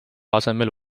asemele